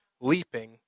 leaping